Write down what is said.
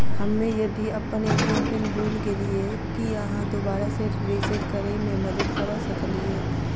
हम्मे यदि अप्पन ए.टी.एम पिन भूल गेलियै, की अहाँ दोबारा सेट रिसेट करैमे मदद करऽ सकलिये?